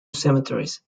cemeteries